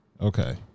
Okay